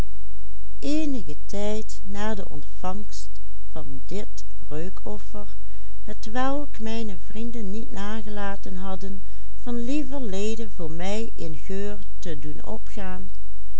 geur te doen opgaan